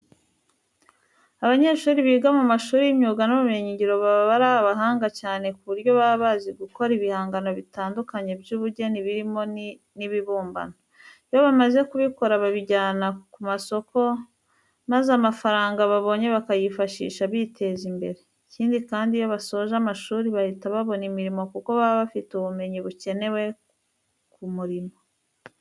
Abanyeshuri biga mu mashuri y'imyuga n'ubumenyingiro baba ari abahanga cyane ku buryo baba bazi gukora ibihangano bitandukanye by'ubugeni birimo n'ibibumbano. Iyo bamaze kubikora babijyana ku masoko maza amafaranga babonye bakayifashisha biteza imbere. Ikindi kandi, iyo basoje amashuri bahita babona imirimo kuko baba bafite ubumenyi bukenewe ku murimo.